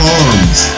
arms